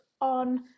on